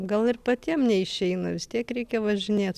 gal ir patiem neišeina vis tiek reikia važinėt